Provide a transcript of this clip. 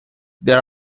there